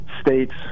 states